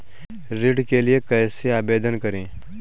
ऋण के लिए कैसे आवेदन करें?